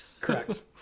Correct